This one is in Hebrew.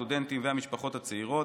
הסטודנטים והמשפחות הצעירות,